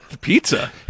Pizza